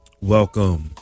Welcome